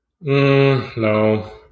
No